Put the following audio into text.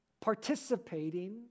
participating